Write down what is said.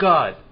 God